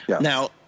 Now